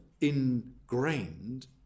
ingrained